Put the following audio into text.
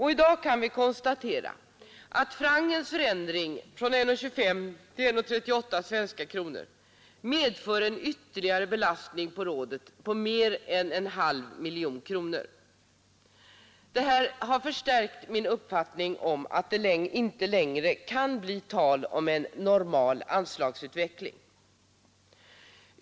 I dag kan vi konstatera att francens förändring från 1:25 till 1:38 svenska kronor medför en ytterligare belastning på rådet med mer än en halv miljon kronor. Detta förstärker ytterligare min uppfattning att det inte längre kan bli tal om en ”normal anslagsutveckling”.